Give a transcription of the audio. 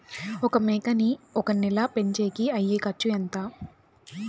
ఒక మేకని ఒక నెల పెంచేకి అయ్యే ఖర్చు ఎంత?